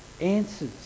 answers